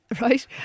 Right